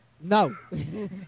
No